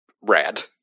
rad